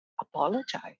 apologize